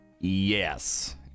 yes